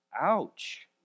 ouch